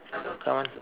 someone